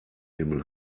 himmel